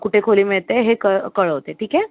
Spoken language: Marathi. कुठे खोली मिळते हे कळ कळवते ठीक आहे